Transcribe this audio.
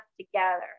together